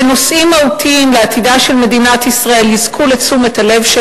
שנושאים מהותיים לעתידה של מדינת ישראל יזכו לתשומת הלב,